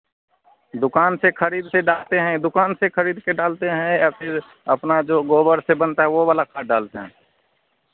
दुकान से खरीद कर डालते हैं दुकान से खरीद कर डालते हैं या फिर अपना जो गोबर से बनता है वो वाला खाद डालते हैं